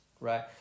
right